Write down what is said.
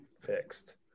fixed